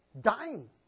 Dying